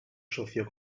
socio